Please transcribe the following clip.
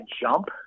jump